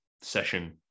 session